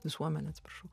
visuomenę atsiprašau